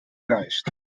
leicht